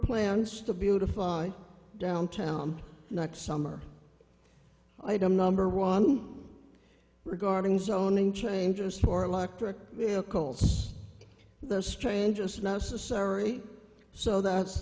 plans to beautified downtown next summer item number one regarding zoning changes for electric vehicles the strangest necessary so that's